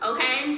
Okay